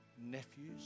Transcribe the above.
nephews